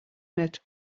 met